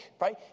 right